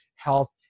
health